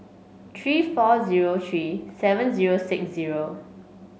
three four zero three seven zero six zero